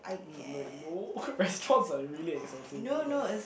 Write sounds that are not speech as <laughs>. <noise> no no no <laughs> restaurants are really expensive over there